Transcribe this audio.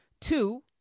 Two